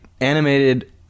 animated